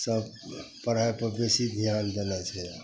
सभ पढ़ाइपर बेसी धिआन देने छै